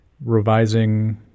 revising